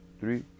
three